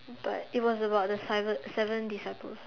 but it was about the seven seven disciples